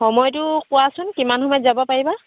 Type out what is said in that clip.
সময়টো কোৱাচোন কিমান সময়ত যাব পাৰিবা